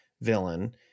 villain